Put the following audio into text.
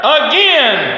again